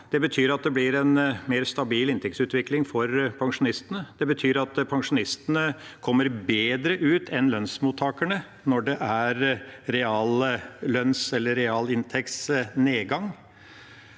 Det betyr at det blir en mer stabil inntektsutvikling for pensjonistene. Det betyr at pensjonistene kommer bedre ut enn lønnsmottakerne når det er reallønns- eller realinntektsnedgang,